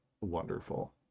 wonderful